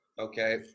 Okay